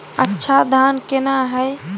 अच्छा धान केना हैय?